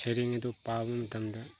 ꯁꯩꯔꯦꯡ ꯑꯗꯨ ꯄꯥꯕ ꯃꯇꯝꯗ